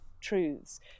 truths